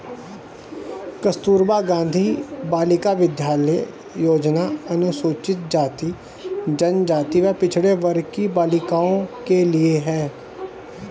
कस्तूरबा गांधी बालिका विद्यालय योजना अनुसूचित जाति, जनजाति व पिछड़े वर्ग की बालिकाओं के लिए है